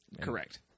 Correct